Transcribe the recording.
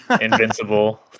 Invincible